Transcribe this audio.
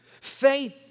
Faith